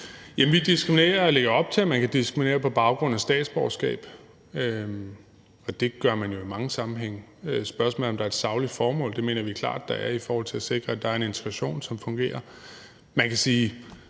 Bek): Jamen vi lægger op til, at man kan diskriminere på baggrund af statsborgerskab, og det gør man jo i mange sammenhænge. Spørgsmålet er, om der er et sagligt formål, og det mener vi klart der er i forhold til at sikre, at der er en integration, som fungerer. Man kan sige,